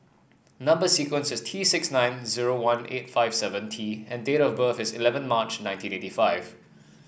number sequence is T six nine zero one eight five seven T and date of birth is eleven March nineteen eighty five